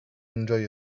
enjoy